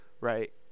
right